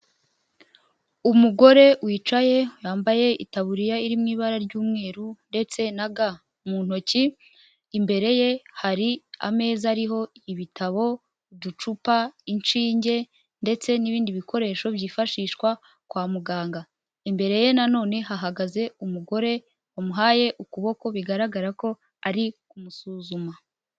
Umugore wicaye yambaye itaburiya iri mu ibara ry'umweru ndetse na ga mu ntoki, imbere ye hari ameza ariho ibitabo, uducupa, inshinge ndetse n'ibindi bikoresho byifashishwa kwa muganga, imbere ye nanone hahagaze umugore wamuhaye ukuboko bigaragara ko ari kumusuzuma.